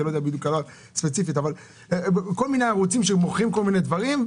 אני לא יודע ספציפית אבל כל מיני ערוצים שמוכרים כל מיני דברים,